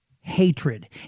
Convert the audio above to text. hatred